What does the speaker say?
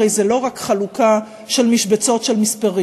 הרי זה לא רק חלוקה של משבצות של מספרים,